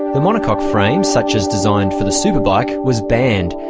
the monocoque frame, such as designed for the superbike, was banned,